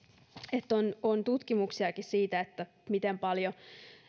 että on tutkimuksiakin siitä miten paljon